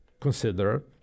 consider